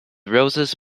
roses